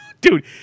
Dude